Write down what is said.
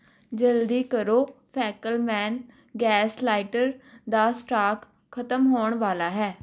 ਜਲਦੀ ਕਰੋ ਫੈਕਲਮੈਨ ਗੈਸ ਲਾਈਟਰ ਦਾ ਸਟਾਕ ਖਤਮ ਹੋਣ ਵਾਲਾ ਹੈ